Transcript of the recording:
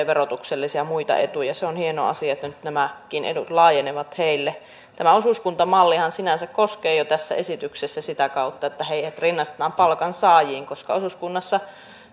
verotuksellisia ja muita etuja se on hieno asia että nyt nämäkin edut laajenevat heille tämä osuuskuntamallihan sinänsä koskee jo tässä esityksessä sitä kautta että heidät rinnastetaan palkansaajiin koska osuuskunnassa